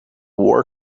war